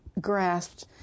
grasped